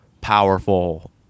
powerful